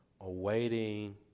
awaiting